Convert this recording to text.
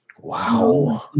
Wow